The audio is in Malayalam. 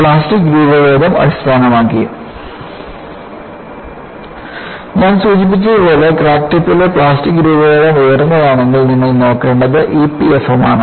പ്ലാസ്റ്റിക് രൂപഭേദം അടിസ്ഥാനമാക്കി ഞാൻ സൂചിപ്പിച്ചതുപോലെ ക്രാക്ക് ടിപ്പിലെ പ്ലാസ്റ്റിക് രൂപഭേദം ഉയർന്നതാണെങ്കിൽ നിങ്ങൾ നോക്കേണ്ടത് EPFM ആണ്